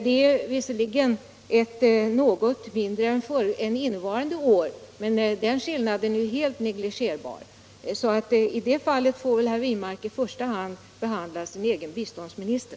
Det är visserligen något mindre än i år, men den skillnaden är helt negligerbar. Så herr Wirmark får i första hand försöka påverka sin egen biståndsminister.